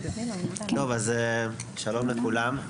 אז שלום לכולם,